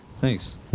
thanks